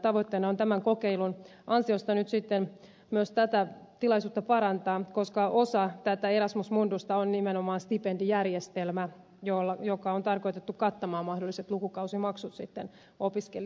tavoitteena on tämän kokeilun ansiosta nyt sitten myös tätä tilaisuutta parantaa koska osa tätä erasmus mundusta on nimenomaan stipendijärjestelmä joka on tarkoitettu kattamaan mahdolliset lukukausimaksut sitten opiskelijoilta